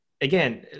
again